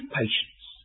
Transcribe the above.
patience